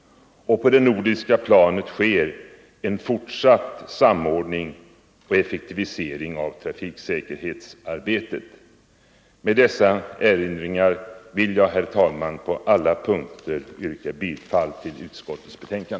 Och på det nordiska planet sker en fortsatt samordning och effektivisering av trafiksäkerhetsarbetet. Med dessa erinringar ber jag, herr talman, att på alla punkter få yrka bifall till utskottets hemställan.